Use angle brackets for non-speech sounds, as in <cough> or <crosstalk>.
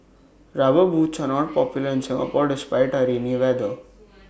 rubber boots are not popular in Singapore despite <unintelligible> weather